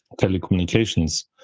telecommunications